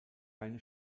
keine